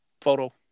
Photo